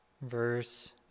verse